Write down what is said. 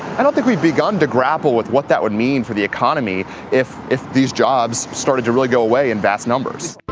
i don't think we began to grapple with what that would mean for the economy if if these jobs started to really go away in vast numbers.